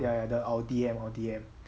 ya ya the the our D_M our D_M